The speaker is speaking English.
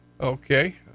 Okay